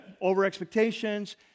over-expectations